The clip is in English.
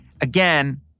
Again